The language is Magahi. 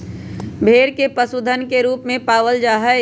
भेड़ के पशुधन के रूप में पालल जा हई